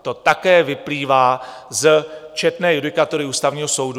To také vyplývá z četné judikatury Ústavního soudu.